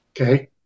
Okay